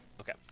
Okay